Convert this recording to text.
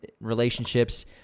relationships